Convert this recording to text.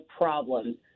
problems